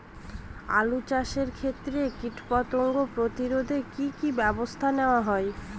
আলু চাষের ক্ষত্রে কীটপতঙ্গ প্রতিরোধে কি কী ব্যবস্থা নেওয়া হয়?